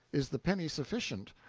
is the penny sufficient,